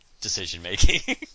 decision-making